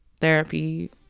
therapy